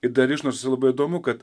ir dar išnašose labai įdomu kad